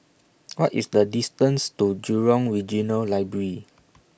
What IS The distance to Jurong Regional Library